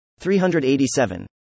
387